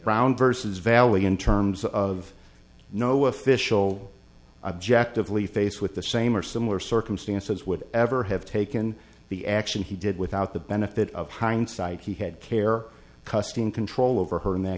brown versus valley in terms of no official objectively face with the same or similar circumstances would ever have taken the action he did without the benefit of hindsight he had care custody and control over her